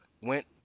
went